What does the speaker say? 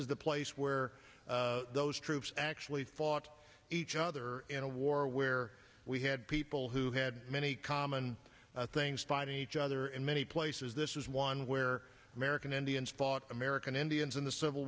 is the place where those troops actually fought each other in a war where we had people who had many common things fighting each other in many places this is one where american indians fought american indians in the civil